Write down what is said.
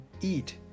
eat